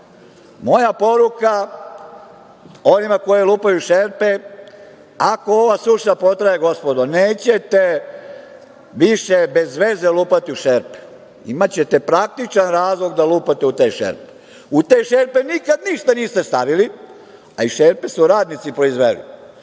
Moja poruka onima koji lupaju šerpe, ako ova suša potraje, gospodo, nećete više bez veze lupati u šerpe. Imaćete praktičan razlog da lupate u te šerpe. U te šerpe nikad ništa niste stavili, a šerpe su radnici proizveli.